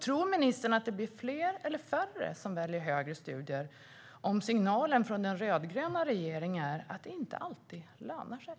Tror ministern att det blir fler eller färre som väljer högre studier om signalen från den rödgröna regeringen är att det inte alltid lönar sig?